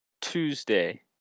Tuesday